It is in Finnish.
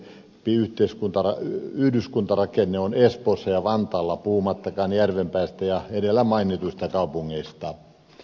vielä löyhempi yhdyskuntarakenne on espoossa ja vantaalla puhumattakaan järvenpäästä ja edellä mainituista kaupungeista